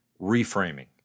reframing